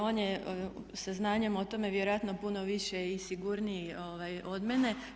On je saznanjem o tome vjerojatno puno više i sigurniji od mene.